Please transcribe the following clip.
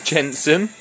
Jensen